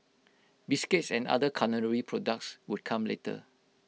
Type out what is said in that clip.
biscuits and other culinary products would come later